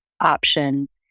options